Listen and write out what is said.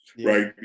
right